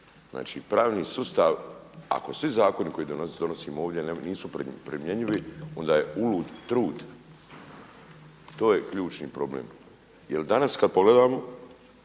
Znači pravni sustav, ako svi zakoni koje donosimo ovdje nisu primjenjivi onda je ulud trud, to je ključni problem. Jer danas kada pogledamo